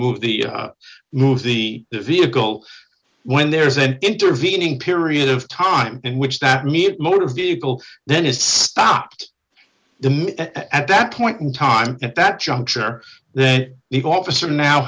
move the move the vehicle when there's an intervening period of time in which that meet motor vehicle then is stopped at that point in time that juncture the eagle officer now